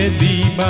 the